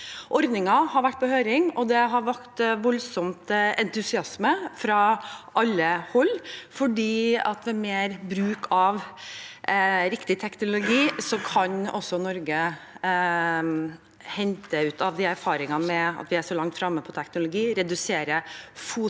Ordningen har vært på høring, og det har vakt voldsom entusiasme fra alle hold, for ved mer bruk av riktig teknologi kan Norge hente ut av de erfaringene at vi er så langt framme når det gjelder teknologi, redusert fotavtrykk